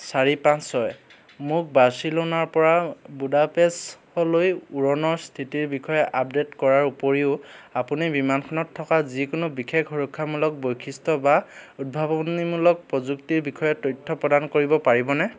চাৰি পাঁচ ছয় মোক বাৰ্চিলোনাৰ পৰা বুদাপেষ্টলৈ উৰণৰ স্থিতিৰ বিষয়ে আপডে'ট কৰাৰ উপৰিও আপুনি বিমানখনত থকা যিকোনো বিশেষ সুৰক্ষামূলক বৈশিষ্ট্য বা উদ্ভাৱনীমূলক প্ৰযুক্তিৰ বিষয়ে তথ্য প্ৰদান কৰিব পাৰিবনে